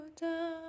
down